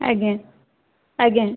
ଆଜ୍ଞା ଆଜ୍ଞା